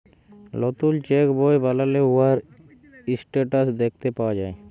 লতুল চ্যাক বই বালালে উয়ার ইসট্যাটাস দ্যাখতে পাউয়া যায়